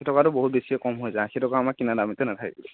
ষাঠি টকাটো বহুত বেছিয়ে কম হৈ যায় আশী টকাটো আমাৰ কিনা দামেই নাথাকে